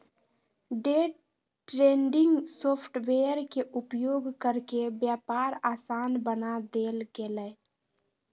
day trading software के उपयोग करके व्यापार आसान बना देल गेलय